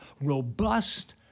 robust